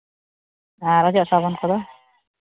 ᱟᱨ ᱚᱡᱚᱜ ᱥᱟᱵᱚᱱ ᱠᱚᱫᱚ